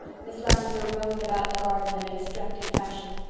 miss lavendar roamed about the garden in a distracted fashion.